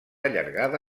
allargada